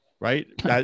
right